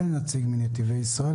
אין נציג מנתיבי ישראל.